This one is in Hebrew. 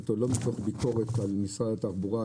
אותו לא מתוך ביקרות על משרד התחבורה,